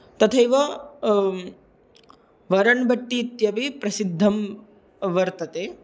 तथैव वरन् भट्टि इत्यपि प्रसिद्धं वर्तते